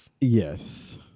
Yes